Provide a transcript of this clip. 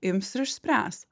ims ir išspręs